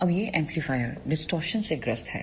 अब यह amplifier distortion से ग्रस्त है